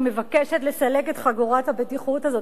ומבקשת לסלק את חגורת הבטיחות הזאת.